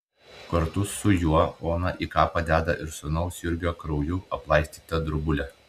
kartu su juo ona į kapą deda ir sūnaus jurgio krauju aplaistytą drobulę